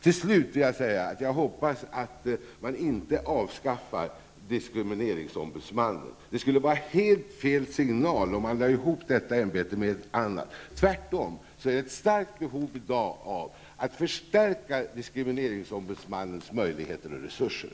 Till slut vill jag säga att jag hoppas att man inte avskaffar diskrimineringsombudsmannen. Det skulle vara en helt felaktig signal om ämbetet slogs ihop med något annat. Tvärtom finns det ett starkt behov av en förstärkning av diskrimineringsombudsmannens möjligheter och resurser.